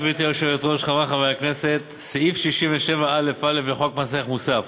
אנחנו עוברים להצעת חוק מס ערך מוסף